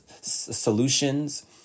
solutions